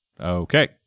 Okay